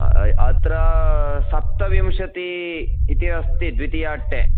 अत्र सप्तविंशतिः इति अस्ति द्वितीयाट्टे